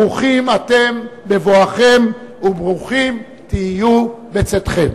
ברוכים אתם בבואכם וברוכים תהיו בצאתכם.